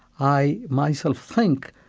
i, myself, think,